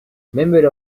member